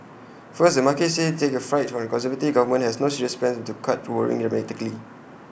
first the markets take fright that A conservative government has no serious plans to cut borrowing dramatically